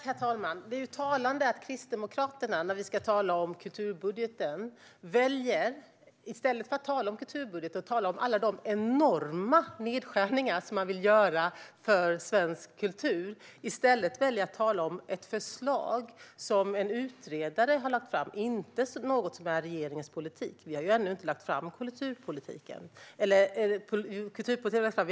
Herr talman! Vi är här för att tala om kulturbudgeten. Men i stället för att tala om de enorma nedskärningar som Kristdemokraterna vill göra på svensk kultur väljer Roland Utbult att tala om ett förslag som en utredare har lagt fram och som inte är regeringens politik. Vi har ännu inte lagt fram Kulturskoleutredningens förslag.